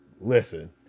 listen